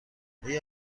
آیا